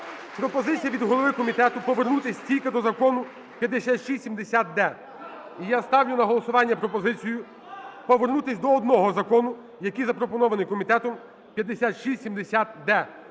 пропозиція від голови комітету повернутись тільки до Закону 5670-д. І я ставлю на голосування пропозицію повернутись до одного закону, який запропонований комітетом 5670-д.